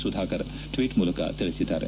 Sudhakar tweet ಮೂಲಕ ತಿಳಿಸಿದ್ದಾರೆ